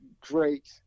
great